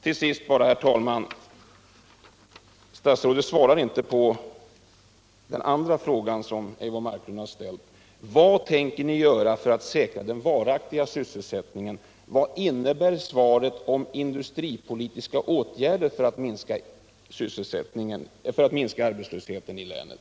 Tilt sist, herr talman: Statsrådet svarar inte på den andra fråga Eivor Marklund ställt: Vad tänker ni göra för att säkra den varaktiga sysselsättningen? Vad innebär svaret om industripolitiska åtgärder för att minska arbetslösheten i länet?